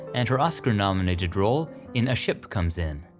and her oscar-nominated role in a ship comes in.